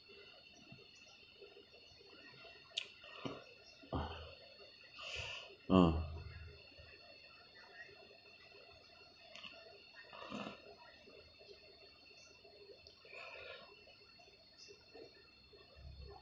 uh